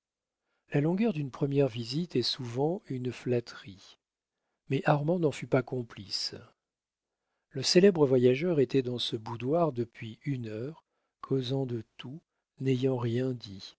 la longueur d'une première visite est souvent une flatterie mais armand n'en fut pas complice le célèbre voyageur était dans ce boudoir depuis une heure causant de tout n'ayant rien dit